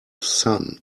sun